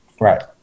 Right